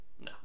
No